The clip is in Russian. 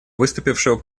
выступившего